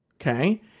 Okay